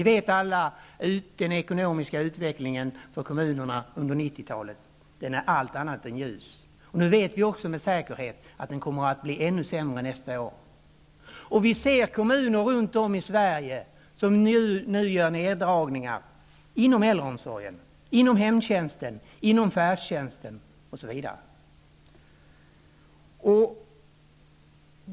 Vi vet alla att den ekonomiska utvecklingen för kommunerna under 90-talet är allt annat än ljus, och vi vet också med säkerhet att den kommer att bli ännu sämre nästa år. Vi ser hur kommuner runt om i Sverige nu gör neddragningar inom äldreomsorgen, inom hemtjänsten, inom färdtjänsten, osv.